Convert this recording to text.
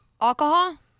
alcohol